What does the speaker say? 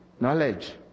knowledge